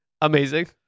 Amazing